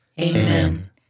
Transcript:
Amen